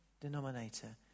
denominator